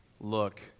Look